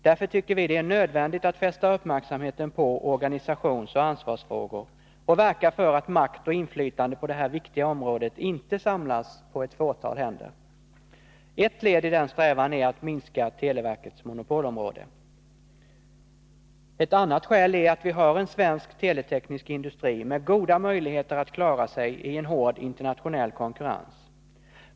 Därför tycker vi det är nödvändigt att fästa uppmärksamheten på organisationsoch ansvarsfrågor och verka för att makt och inflytande på det här viktiga området inte samlas på ett fåtal händer. Ett led i den strävan är att minska televerkets monopolområde. Ett annat skäl är att vi har en svensk teleteknisk industri med goda möjligheter att klara sig i en hård internationell konkurrens.